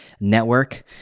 network